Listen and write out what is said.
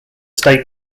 state